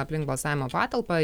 aplink balsavimo patalpą